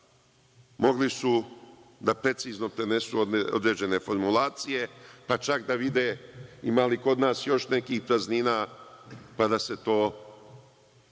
mogli su da precizno prenesu određene formulacije, pa čak da vide imali kod nas još nekih praznina, pa da se to popuni